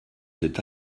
cet